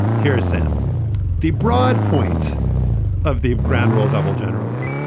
here is sam the broad point of the ground rule double generally.